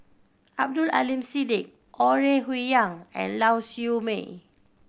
Abdul Aleem Siddique Ore Huiying and Lau Siew Mei